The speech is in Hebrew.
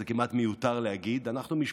וזה כמעט מיותר להגיד אנחנו משפחה,